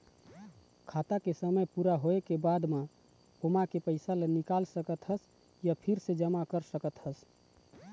खाता के समे ह पूरा होए के बाद म ओमा के पइसा ल निकाल सकत हस य फिर से जमा कर सकत हस